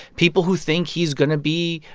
people who think he's going to be,